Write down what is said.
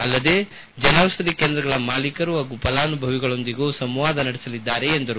ಅಲ್ಲದೆ ಜನೌಷಧಿ ಕೇಂದ್ರಗಳ ಮಾಲೀಕರು ಹಾಗೂ ಫಲಾನುಭವಿಗಳೊಂದಿಗೂ ಸಂವಾದ ನಡೆಸಲಿದ್ದಾರೆ ಎಂದರು